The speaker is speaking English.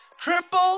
triple